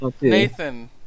Nathan